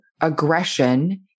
aggression